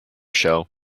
show